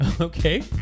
Okay